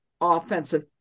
offensive